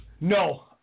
No